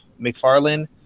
mcfarland